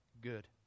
good